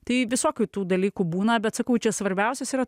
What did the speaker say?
tai visokių tų dalykų būna bet sakau čia svarbiausias yra